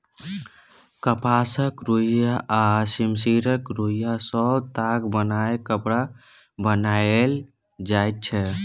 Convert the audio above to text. कपासक रुइया आ सिम्मरक रूइयाँ सँ ताग बनाए कपड़ा बनाएल जाइ छै